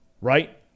right